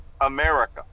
America